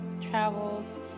travels